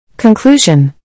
Conclusion